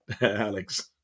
Alex